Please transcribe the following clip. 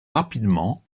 rapidement